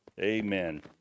Amen